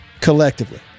collectively